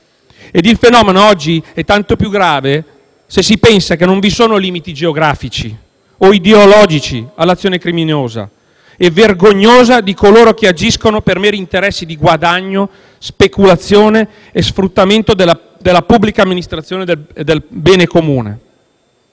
E il fenomeno è oggi tanto più grave se si pensa che non vi sono limiti geografici o ideologici all'azione criminosa e vergognosa di coloro che agiscono per meri interessi di guadagno, speculazione e sfruttamento della pubblica amministrazione e del bene comune.